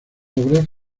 obras